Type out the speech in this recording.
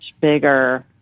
bigger